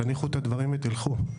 תניחו את הדברים ותלכו.